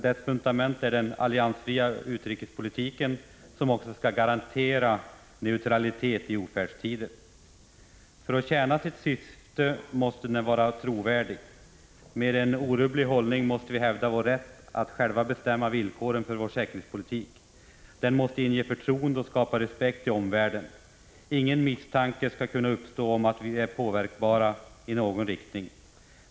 Dess fundament är den alliansfria utrikespolitik som skall garantera neutralitet i ofärdstider. För att tjäna sitt syfte måste den vara trovärdig. Med en orubblig hållning måste vi hävda vår rätt att själva bestämma villkoren för vår säkerhetspolitik. Denna måste inge förtroende och skapa respekt i omvärlden. Ingen misstanke skall kunna uppstå om att vi är påverkbara i någon riktning.